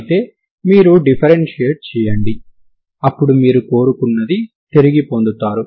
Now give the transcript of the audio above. అయితే మీరు డిఫరెన్షియేట్ చేయండి అప్పుడు మీరు కోరుకున్నది తిరిగి పొందుతారు